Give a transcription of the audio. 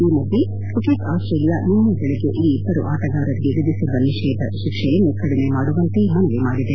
ಈ ಮಧ್ಯೆ cricket Australia ನಿನ್ನೆ ಬೆಳಗ್ಗೆ ಈ ಇಬ್ಬರು ಆಟಗಾರರಿಗೆ ವಿಧಿಸಿರುವ ನಿಷೇಧವನ್ನು ಶಿಕ್ಷೆಯನ್ನು ಕಡಿಮೆ ಮಾಡುವವಂತೆ ಮನವಿ ಮಾಡಿದೆ